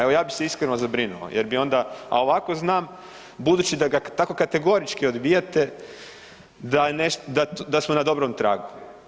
Evo ja bih se iskreno zabrinuo, jer bi onda, a ovako znam budući da ga tako kategorički odbijate da smo na dobrom tragu.